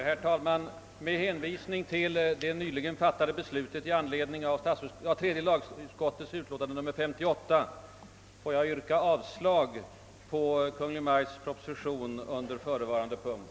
Herr talman! Med hänvisning till det nyligen fattade beslutet i anledning av tredje lagutskottets utlåtande nr 58 får jag yrka avslag på Kungl. Maj:ts proposition under förevarande punkt.